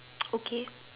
okay